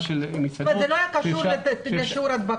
של מסעדות שאפשר --- זאת אומרת שזה לא היה קשור לשיעור ההדבקה.